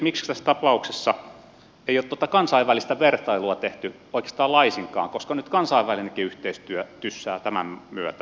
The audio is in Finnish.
miksi tässä tapauksessa ei ole kansainvälistä vertailua tehty oikeastaan laisinkaan koska nyt kansainvälinenkin yhteistyö tyssää tämän myötä